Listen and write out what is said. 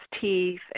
teeth